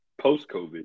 post-covid